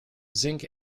zinc